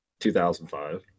2005